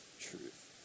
truth